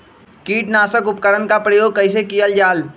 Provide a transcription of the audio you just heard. किटनाशक उपकरन का प्रयोग कइसे कियल जाल?